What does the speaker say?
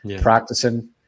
practicing